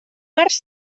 març